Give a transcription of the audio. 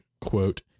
quote